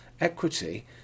equity